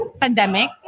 Pandemic